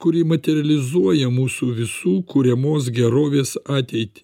kuri materializuoja mūsų visų kuriamos gerovės ateitį